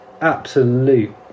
absolute